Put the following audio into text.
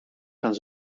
gaan